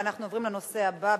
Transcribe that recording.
אנחנו עוברים לנושא הבא בסדר-היום: